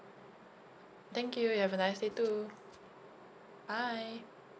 thank you you have a nice day too bye